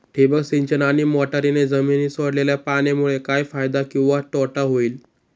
ठिबक सिंचन आणि मोटरीने जमिनीत सोडलेल्या पाण्यामुळे काय फायदा किंवा तोटा होईल?